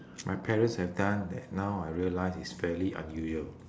my parents have done that now I realise is fairly unusual